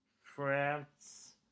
France